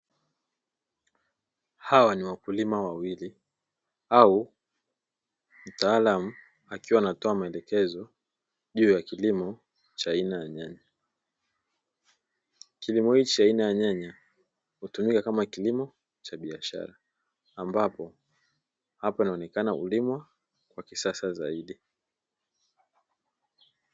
Hawa ni wakulima wawili au mtaalamu akiwa anatoa maelekezo juu ya kilimo cha aina ya nyanya. Kilimo hichi cha aina ya nyanya hutumika kama kilimo cha biashara ambapo, hapa inaonekana hulimwa wa kisasa zaidi.